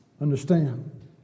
Understand